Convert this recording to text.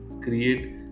create